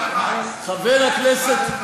אראלה ממפעל הפיס.